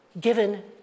given